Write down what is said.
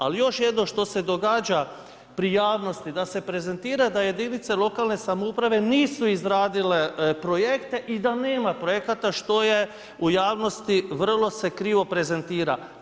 Ali još jedno što se događa pri javnosti da se prezentira da jedinice lokalne samouprave nisu izradile projekte i da nema projekata što je u javnosti vrlo se krivo prezentira.